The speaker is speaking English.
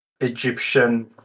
Egyptian